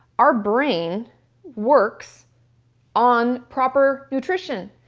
our brain works on proper nutrition.